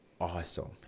awesome